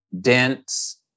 dense